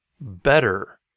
better